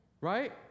Right